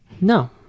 No